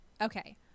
Okay